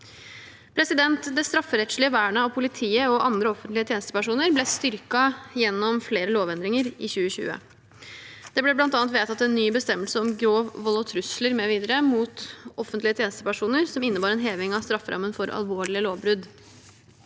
saker. Det strafferettslige vernet av politiet og andre offentlige tjenestepersoner ble styrket gjennom flere lovendringer i 2020. Det ble bl.a. vedtatt en ny bestemmelse om grov vold og trusler mv. mot offentlige tjenestepersoner, som innebar en heving av strafferammen for alvorlige lovbrudd.